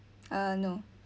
uh no